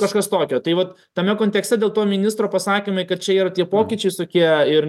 kažkas tokio tai vat tame kontekste dėl to ministro pasakymai kad čia yra tie pokyčiai tokie ir